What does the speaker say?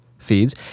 Feeds